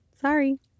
Sorry